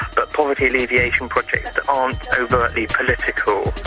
but poverty alleviation projects that aren't overtly political